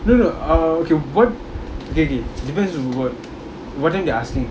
no no uh okay what okay okay depends on what what time they asking